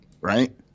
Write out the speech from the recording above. right